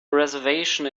reservation